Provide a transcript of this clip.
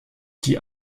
die